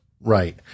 Right